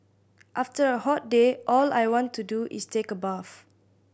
after a hot day all I want to do is take a bath